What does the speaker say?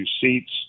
seats